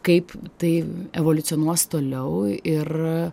kaip tai evoliucionuos toliau ir